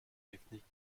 technique